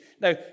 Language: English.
Now